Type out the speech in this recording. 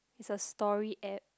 it's a story app